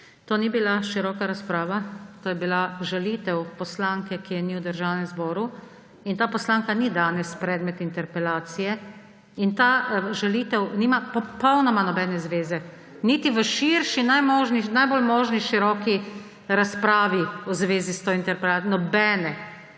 to ni bila široka razprava, to je bila žalitev poslanke, ki je ni v Državnem zboru, in ta poslanka ni danes predmet interpelacije in ta žalitev nima popolnoma nobene zveze niti v širši, najbolj možno široki razpravi v zvezi s to interpelacijo. Nobene,